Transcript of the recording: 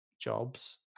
jobs